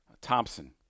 Thompson